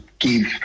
give